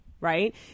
right